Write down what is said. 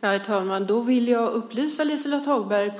Herr talman! Då vill jag på nytt upplysa Liselott Hagberg